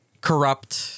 corrupt